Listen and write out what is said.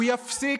הוא יפסיק,